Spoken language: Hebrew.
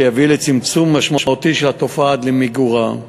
שיביא לצמצום משמעותי של התופעה עד למיגורה.